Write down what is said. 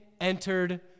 entered